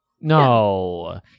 No